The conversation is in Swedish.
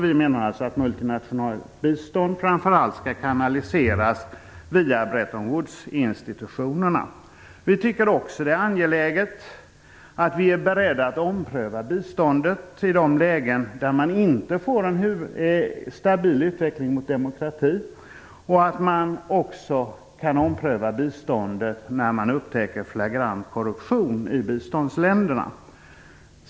Vi menar att multinationellt bistånd framför allt skall kanaliseras via Bretton Vi tycker också att det är angeläget att vi är beredda att ompröva biståndet till de länder där man inte får en stabil utveckling mot demokrati, och att man också kan ompröva biståndet när man upptäcker flagrant korruption i biståndsländerna.